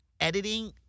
editing